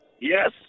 Yes